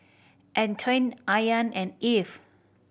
Antoine Ayaan and Eve